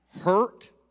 hurt